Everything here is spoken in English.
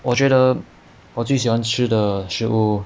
我觉得我最喜欢吃的食物